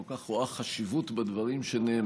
כל כך רואה חשיבות בדברים שנאמרים,